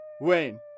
Wayne